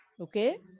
Okay